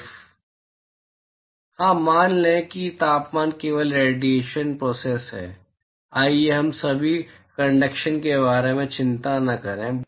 सिर्फ हाँ मान लें कि तापमान केवल रेडिएशन प्रोसेस है आइए हम अभी कंडक्शन के बारे में चिंता न करें